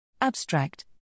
Abstract